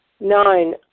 Nine